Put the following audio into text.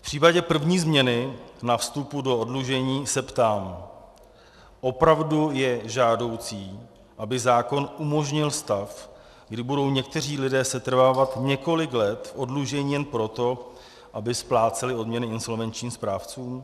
V případě první změny na vstupu do oddlužení se ptám: opravdu je žádoucí, aby zákon umožnil stav, kdy budou někteří lidé setrvávat několik let v oddlužení jen proto, aby spláceli odměny insolvenčním správcům?